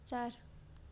चार